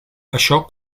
això